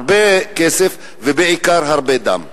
הרבה כסף ובעיקר הרבה דם.